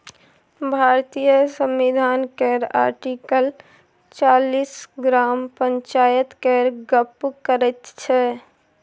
भारतीय संविधान केर आर्टिकल चालीस ग्राम पंचायत केर गप्प करैत छै